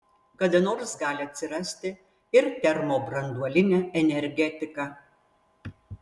kada nors gali atsirasti ir termobranduolinė energetika